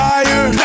Fire